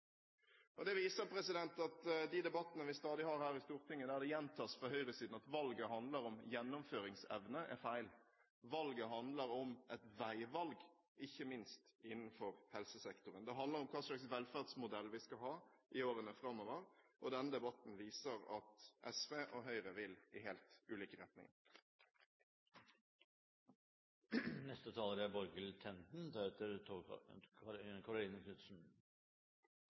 ressursene. Det viser at når det i de debattene vi stadig har her i Stortinget, gjentas fra høyresiden at valget handler om gjennomføringsevne, er det feil. Valget handler om et veivalg, ikke minst innenfor helsesektoren. Det handler om hva slags velferdsmodell vi skal ha i årene framover, og denne debatten viser at SV og Høyre vil i helt ulike retninger.